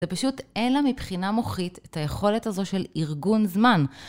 זה פשוט, אין לה מבחינה מוחית את היכולת הזו של ארגון זמן.